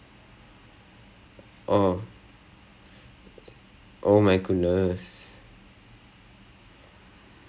university க்கு எல்லாம்:kku ellam normal ah போயிட்டு இருந்தேன்:poyitu irunthen university even though my disc was gone and everyday after I come back school I'm like dying because